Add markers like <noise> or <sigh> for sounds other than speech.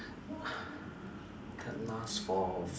<breath> last for a